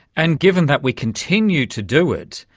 and given that we continue to do it,